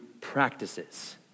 practices